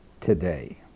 today